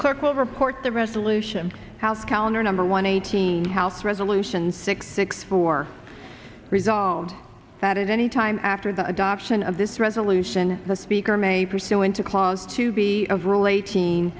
clerk will report the resolution house calendar number one eighteen house resolution six six four resolved that at any time after the adoption of this resolution the speaker may pursue into clause to be of r